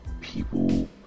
People